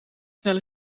snel